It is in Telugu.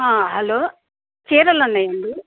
హలో చీరలు ఉన్నాయా అండి